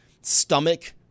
stomach